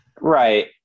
right